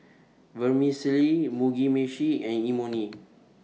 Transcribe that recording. Vermicelli Mugi Meshi and Imoni